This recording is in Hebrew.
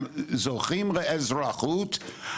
הם זוכים לאזרחות,